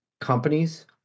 companies